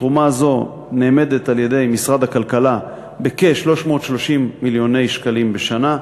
תרומה זו נאמדת על-ידי משרד הכלכלה ב-330 מיליון שקלים בשנה.